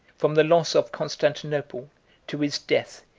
from the loss of constantinople to his death,